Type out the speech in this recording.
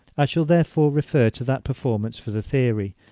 i shall therefore refer to that performance for the theory